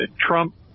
Trump